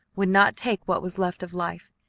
would not take what was left of life.